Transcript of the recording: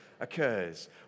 occurs